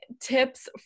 tips